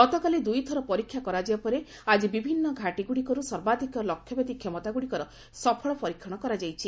ଗତକାଲି ଦୁଇ ଥର ପରୀକ୍ଷା କରାଯିବା ପରେ ଆକି ବିଭିନ୍ନ ଘାଟିଗୁଡ଼ିକରୁ ସର୍ବାଧିକ ଲକ୍ଷ୍ୟଭେଦୀ କ୍ଷମତାଗୁଡ଼ିକର ସଫଳ ପରୀକ୍ଷଣ କରାଯାଇଛି